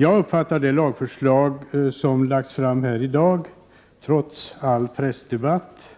Det lagförslag som ligger framför oss i dag uppfattar jag, trots all pressdebatt